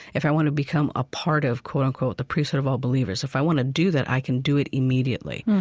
if i want to become a part of, quote, unquote, the priesthood of all believers, if i want to do that, i can do it immediately.